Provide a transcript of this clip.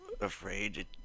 afraid